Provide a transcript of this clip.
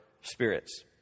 spirits